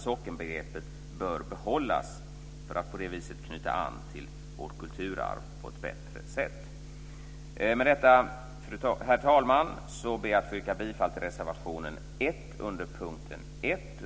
Sockenbegreppet bör behållas för att vi på det viset ska knyta an till vårt kulturarv på ett bättre sätt. Med detta, herr talman, ber jag att få yrka bifall till reservation 1 under punkt 1.